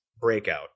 Breakout